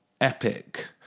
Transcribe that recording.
epic